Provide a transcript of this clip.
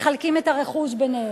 מחלקים את הרכוש ביניהם,